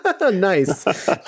Nice